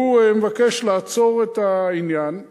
הוא מבקש לעצור את העניין,